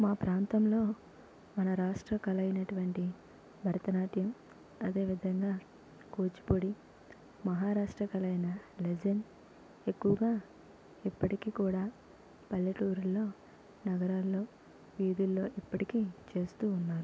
మా ప్రాతంలో మాన రాష్ట్ర కళ అయినటువంటి భరతనాట్యం అదేవిదంగా కూచిపూడి మహారాష్ట్ర కళ అయినా లెజెన్ ఎక్కువగా ఇప్పటికి కూడా పల్లెటూర్లో నగరాల్లో వీదుల్లో ఇప్పటికీ చేస్తూ ఉన్నారు